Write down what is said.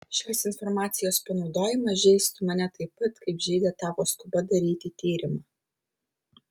šios informacijos panaudojimas žeistų mane taip pat kaip žeidė tavo skuba daryti tyrimą